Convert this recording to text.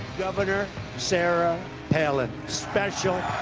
governor sarah palin, special,